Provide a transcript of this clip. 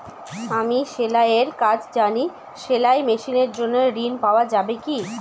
আমি সেলাই এর কাজ জানি সেলাই মেশিনের জন্য ঋণ পাওয়া যাবে কি?